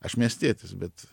aš miestietis bet